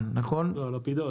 לפידות